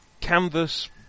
canvas